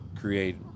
create